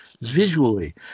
visually